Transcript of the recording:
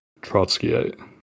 Trotskyite